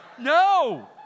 no